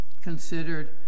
considered